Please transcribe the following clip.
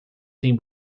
têm